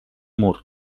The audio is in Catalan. mur